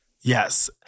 Yes